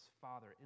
father